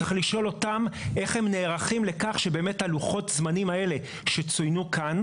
צריך לשאול אותה איך היא נערכת לכך שבאמת לוחות הזמנים האלה שצוינו כאן,